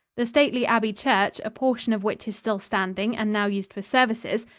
the stately abbey church, a portion of which is still standing and now used for services,